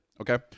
Okay